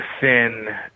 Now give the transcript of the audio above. thin